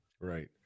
Right